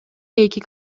эки